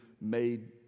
made